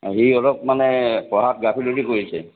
সি অলপ মানে পঢ়াত গাফিলতি কৰিছে